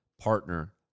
partner